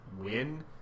win